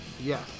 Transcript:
Yes